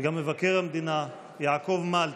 וגם מבקר המדינה יעקב מלץ: